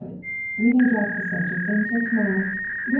very good we may drop the subject, then, till to-morrow.